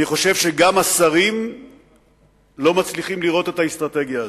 אני חושב שגם השרים לא מצליחים לראות את האסטרטגיה הזאת.